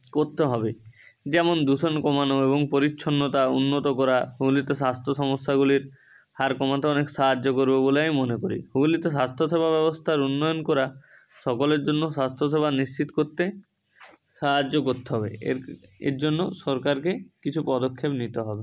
করতে হবে যেমন দূষণ কমানো এবং পরিচ্ছন্নতা উন্নত করা হুগলিতে স্বাস্থ্য সমস্যাগুলির হার কমাতে অনেক সাহায্য করবে বলে আমি মনে করি হুগলিতে স্বাস্থ্যসেবা ব্যবস্থার উন্নয়ন করা সকলের জন্য স্বাস্থ্যসেবা নিশ্চিত করতে সাহায্য করতে হবে এর এর জন্য সরকারকে কিছু পদক্ষেপ নিতে হবে